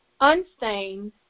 unstained